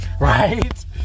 Right